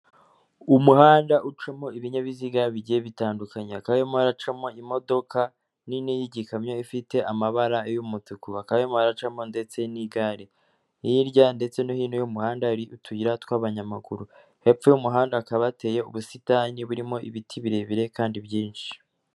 Umuhanda ucamo ibinyabiziga bigiye bitandukanye, hakaba harimo haracamo imodoka nini y'igikamyo ifite amabara y'umutuku, hakaba harimo haracamo ndetse n'igare, hirya ndetse no hino y'umuhanda hari utuyira tw'abanyamaguru hepfo y'umuhanda hakaba hateye ubusitani burimo ibiti birebire kandi byinshi.